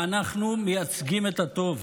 ואנחנו מייצגים את הטוב.